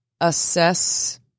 assess